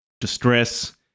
distress